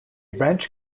branch